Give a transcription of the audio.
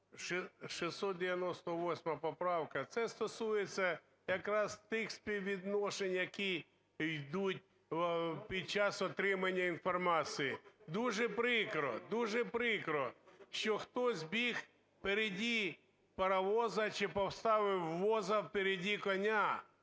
698 поправка. Це стосується якраз тих співвідношень, які йдуть під час отримання інформації. Дуже прикро, дуже прикро, що хтось біг впереди паровоза чи поставив воза впереди коня.